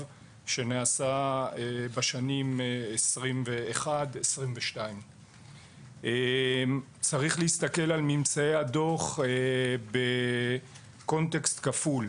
שנעשה בשנים 2021 2022. צריך להסתכל על ממצאי הדוח בקונטקסט כפול,